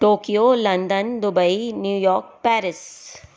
Tokyo London Dubai New York Paris